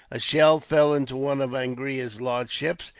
a shell fell into one of angria's large ships,